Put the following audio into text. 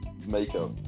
makeup